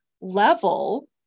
level